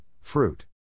fruit